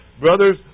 Brothers